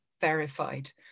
Verified